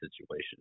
situation